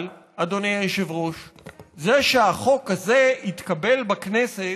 אבל אדוני היושב-ראש, זה שהחוק הזה יתקבל בכנסת,